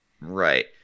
Right